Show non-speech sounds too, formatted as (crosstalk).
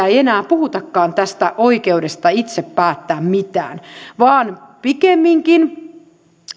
(unintelligible) ei enää puhutakaan tästä oikeudesta itse päättää mitään pikemminkin